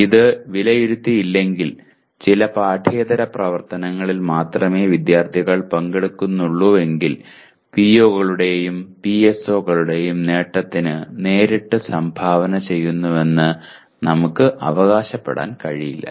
ഇത് വിലയിരുത്തിയില്ലെങ്കിൽ ചില പാഠ്യേതര പ്രവർത്തനങ്ങളിൽ മാത്രമേ വിദ്യാർത്ഥികൾ പങ്കെടുക്കുന്നുള്ളൂവെങ്കിൽ പിഒകളുടെയും പിഎസ്ഒകളുടെയും നേട്ടത്തിന് നേരിട്ട് സംഭാവന ചെയ്യുന്നുവെന്ന് നമുക്ക് അവകാശപ്പെടാൻ കഴിയില്ല